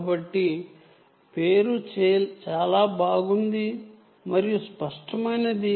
ఈ పేర్లు చాలా బాగున్నాయి మరియు స్పష్టంగా ఉన్నాయి